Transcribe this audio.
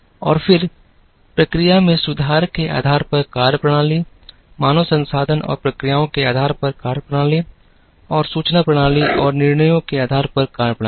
और फिर प्रक्रिया में सुधार के आधार पर कार्यप्रणाली मानव संसाधन और प्रक्रियाओं के आधार पर कार्यप्रणाली और सूचना प्रणाली और निर्णयों के आधार पर कार्यप्रणाली